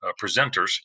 presenters